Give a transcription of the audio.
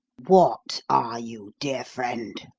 what are you, dear friend?